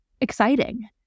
exciting